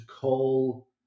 call